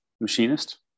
Machinist